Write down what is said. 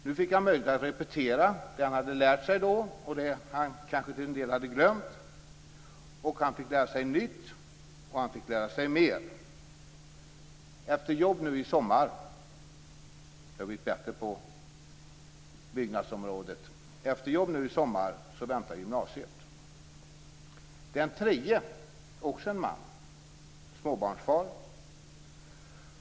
Nu fick han möjlighet att repetera det han hade lärt sig då och kanske till en del hade glömt. Han fick lära sig nytt och han fick lära sig mer. Efter jobb nu i sommar - det har blivit bättre på byggnadsområdet - väntar gymnasiet. Den tredje är också en man, småbarnsfar.